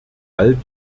all